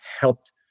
helped